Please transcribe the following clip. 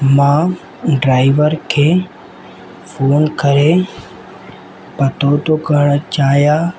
मां ड्राईवर खे फोन करे पतो थो करणु चाहियां